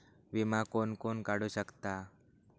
विमा कोण कोण काढू शकता?